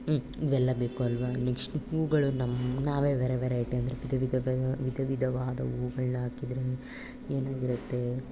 ಇವೆಲ್ಲ ಬೇಕು ಅಲ್ವಾ ನೆಕ್ಸ್ಟು ಹೂವುಗಳು ನಮ್ಮ ನಾವೇ ವೆರ ವೆರೈಟಿ ಅಂದರೆ ವಿಧ ವಿಧ ವಿಧ ವಿಧವಾದ ಹೂವುಗಳ್ನ ಹಾಕಿದ್ರೆ ಏನಾಗಿರುತ್ತೆ